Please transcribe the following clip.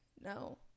no